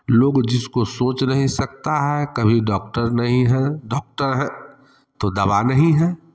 लोग जिसको सोच नहीं सकता है कभी डॉक्टर नहीं है डॉक्टर है तो दवा नहीं है